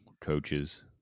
coaches